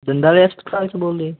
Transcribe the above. ਪਿੰਡਾਂ ਵਾਲੇ ਹਸਪਤਾਲ 'ਚੋ ਬੋਲਦੇ